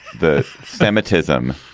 the semitism,